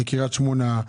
לקרית שמונה,